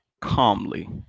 calmly